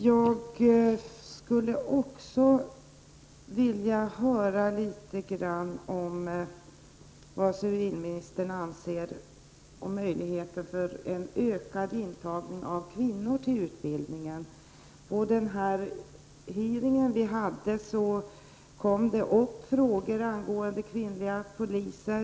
Jag skulle också vilja höra litet grand om vad civilministern anser om möjligheten till en ökad intagning av kvinnor till utbildningen. På den hearing vi hade kom det upp frågor angående kvinnliga poliser.